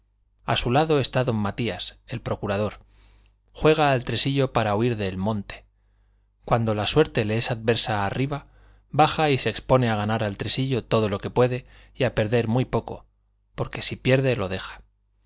a su lado está don matías el procurador juega al tresillo para huir del monte cuando la suerte le es adversa arriba baja y se expone a ganar al tresillo todo lo que puede y a perder muy poco porque si pierde lo deja